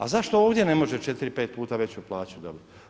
A zašto ovdje ne može 4, 5 puta veću plaću dobiti?